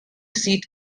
seat